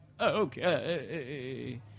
Okay